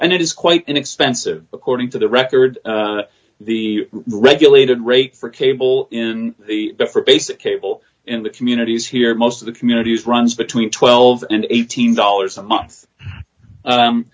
and it is quite inexpensive according to the d record the regulated rate for cable in the for basic cable in the communities here most of the communities runs between twelve dollars and eighteen dollars a month